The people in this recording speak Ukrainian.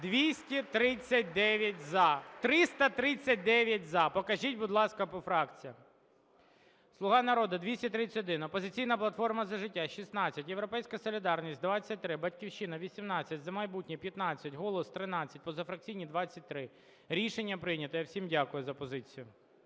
239 – за… 339 – за. Покажіть, будь ласка, по фракціях. "Слуга народу" – 231, "Опозиційна платформа – За життя" – 16, "Європейська солідарність" – 23, "Батьківщина" – 18, "За майбутнє" – 15, "Голос" – 13, позафракційні – 23. Рішення прийнято. Я всім дякую за позицію.